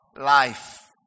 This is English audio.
life